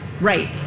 Right